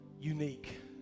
unique